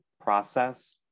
process